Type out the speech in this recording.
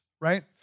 right